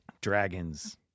Dragons